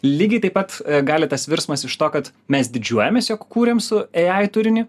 lygiai taip pat gali tas virsmas iš to kad mes didžiuojamės jog kūrėm su ei ai turinį